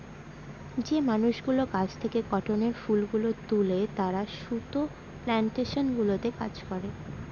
যে মানুষগুলো গাছ থেকে কটনের ফুল গুলো তুলে তারা সুতা প্লানটেশন গুলোতে কাজ করে